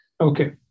Okay